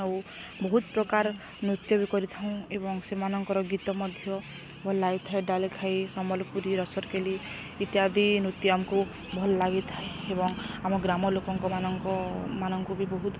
ଆଉ ବହୁତ ପ୍ରକାର ନୃତ୍ୟ ବି କରିଥାଉଁ ଏବଂ ସେମାନଙ୍କର ଗୀତ ମଧ୍ୟ ଭଲ ଲାଗିଥାଏ ଡାଲଖାଇ ସମ୍ବଲପୁରୀ ରସରକଲି ଇତ୍ୟାଦି ନୃତ୍ୟ ଆମକୁ ଭଲ ଲାଗିଥାଏ ଏବଂ ଆମ ଗ୍ରାମ ଲୋକଙ୍କ ମାନଙ୍କ ମାନଙ୍କୁ ବି ବହୁତ